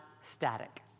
static